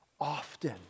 often